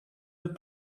look